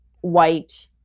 white